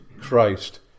Christ